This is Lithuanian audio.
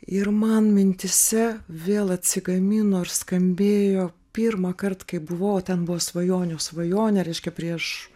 ir man mintyse vėl atsigamino ir skambėjo pirmąkart kai buvau o ten buvo svajonių svajonė reiškia prieš